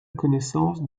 connaissance